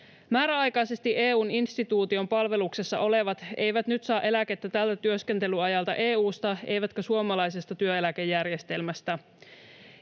Määräaikaisesti EU:n instituution palveluksessa olevat eivät nyt saa eläkettä tältä työskentelyajalta EU:sta eivätkä suomalaisesta työeläkejärjestelmästä.